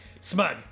Smug